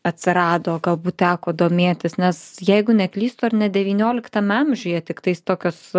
atsirado galbūt teko domėtis nes jeigu neklystu ar ne devynioliktame amžiuje tiktais tokios